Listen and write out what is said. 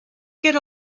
get